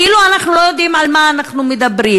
כאילו אנחנו לא יודעים על מה אנחנו מדברים.